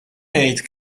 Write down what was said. jgħid